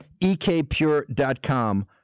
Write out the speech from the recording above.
ekpure.com